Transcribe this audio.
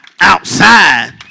outside